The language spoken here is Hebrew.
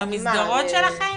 במסגרות שלכם?